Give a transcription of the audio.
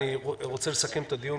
אני רוצה לסכם את הדיון,